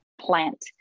plant